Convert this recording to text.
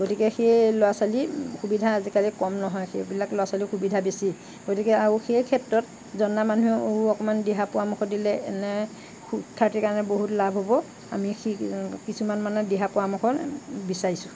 গতিকে সেই ল'ৰা ছোৱালীৰ সুবিধা আজিকালি কম নহয় সেইবিলাক ল'ৰা ছোৱালীৰ সুবিধা বেছি গতিকে আৰু সেই ক্ষেত্ৰত জনা মানুহে আৰু অকণ দিহা পৰামৰ্শ দিলে এনে শিক্ষাৰ্থীৰ কাৰণে বহুত লাভ হ'ব আমি কিছুমান মানে দিহা পৰামৰ্শ বিচাৰিছোঁ